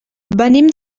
venim